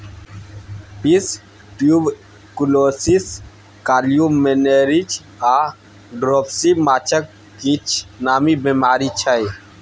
fish tuberculosis, columnaris आ dropsy माछक किछ नामी बेमारी छै